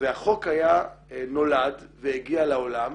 והחוק נולד והגיע לעולם